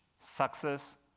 success,